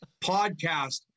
podcast